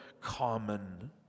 common